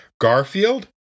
Garfield